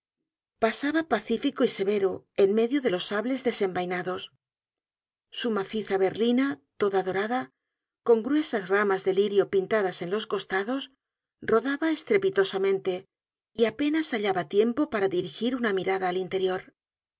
pasaba pacífico y severo en medio de los sables desenvainados su maciza berlina toda dorada con gruesas ramas de lirio pintadas en los costados rodaba estrepitosamente y ape nas habia tiempo para dirigir una mirada al interior